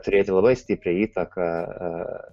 turėti labai stiprią įtaką